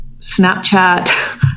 Snapchat